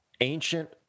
ancient